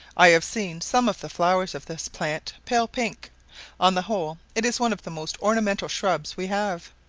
i have seen some of the flowers of this plant pale pink on the whole it is one of the most ornamental shrubs we have.